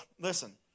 Listen